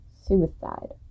suicide